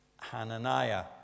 Hananiah